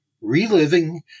Reliving